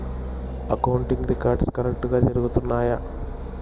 accounting records కరెక్టుగా జరుగుతున్నాయా